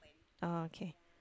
okay